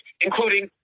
including